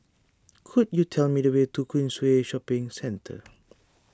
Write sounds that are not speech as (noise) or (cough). could you tell me the way to Queensway Shopping Centre (noise)